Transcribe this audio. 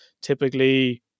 typically